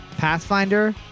pathfinder